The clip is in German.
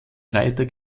reiter